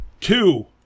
Two